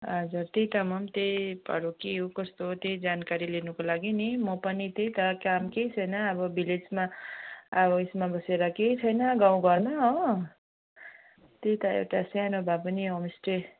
हजुर त्यही त म पनि त्यहीहरू के हो कस्तो हो त्यही जानकारी लिनुको लागि नि म पनि त्यही त काम केही छैन अब भिलेजमा अब ऊ यसमा बसेर केही छैन गाउँ घरमा हो त्यही त एउटा सानो भए पनि होमस्टे